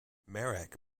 marek